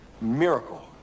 miracle